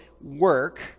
work